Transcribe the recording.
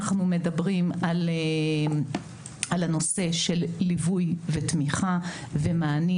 אנחנו מדברים על הנושא של ליווי ותמיכה ומענים,